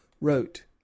wrote